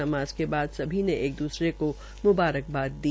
नमाज़ के बाद सभी ने एक दूसरे को मुबारकबाद दी